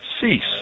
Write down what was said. cease